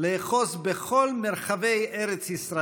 אהב את השומרון, שבו נעוצים שורשינו בארץ,